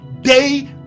day